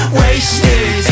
wasted